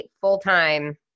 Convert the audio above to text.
full-time